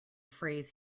phrase